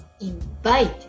Invite